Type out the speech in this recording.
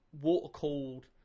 water-cooled